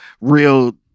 real